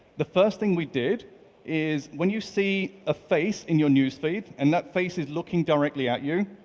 the first thing we did is when you see a face in your newsfeed and that face is looking directly at you,